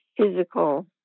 physical